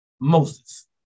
Moses